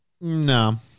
No